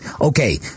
okay